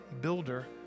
builder